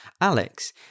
Alex